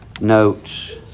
notes